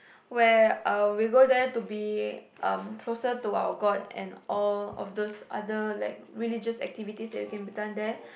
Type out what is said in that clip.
where uh we go there to be um closer to our god and all of those other like religious activities that we can be done there